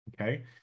okay